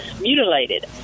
mutilated